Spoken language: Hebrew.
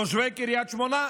תושבי קריית שמונה?